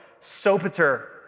Sopater